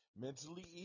Mentally